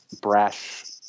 brash